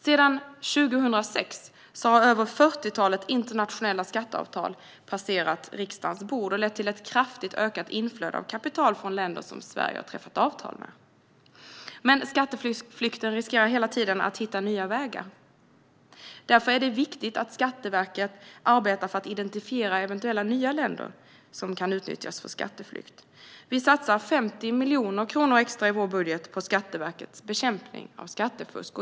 Sedan 2006 har över fyrtiotalet internationella skatteavtal passerat riksdagens bord och lett till ett kraftigt ökat inflöde av kapital från länder som Sverige har träffat avtal med. Men skatteflykten riskerar hela tiden att hitta nya vägar. Därför är det viktigt att Skatteverket arbetar för att identifiera eventuella nya länder som kan utnyttjas för skatteflykt. Vi satsar i vår budget 50 miljoner kronor extra på Skatteverkets bekämpning av skattefusk.